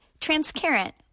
Transparent